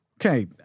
Okay